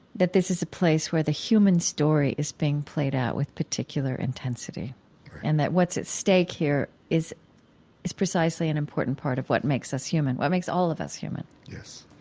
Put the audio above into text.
that this is a place where the human story is being played out with particular intensity and that's what's at stake here is is precisely an important part of what makes us human, what makes all of us human yes.